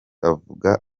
avuga